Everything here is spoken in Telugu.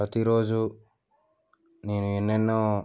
ప్రతిరోజూ నేను ఎన్నోన్నో